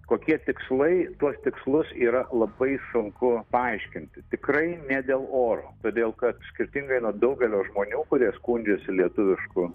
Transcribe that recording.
kokie tikslai tuos tikslus yra labai sunku paaiškinti tikrai ne dėl oro todėl kad skirtingai nuo daugelio žmonių kurie skundžiasi lietuvišku